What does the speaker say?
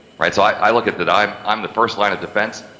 right, so i look at that i'm, i'm the first line of defense,